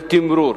תמרור